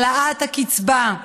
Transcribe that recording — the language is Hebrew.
העלאת הקצבה,